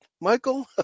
Michael